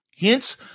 Hence